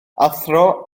athro